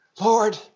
Lord